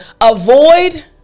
avoid